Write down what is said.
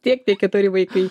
tiek tie keturi vaikai